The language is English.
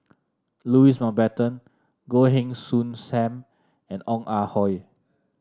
Louis Mountbatten Goh Heng Soon Sam and Ong Ah Hoi